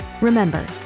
remember